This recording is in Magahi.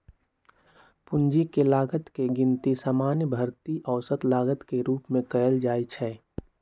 पूंजी के लागत के गिनती सामान्य भारित औसत लागत के रूप में कयल जाइ छइ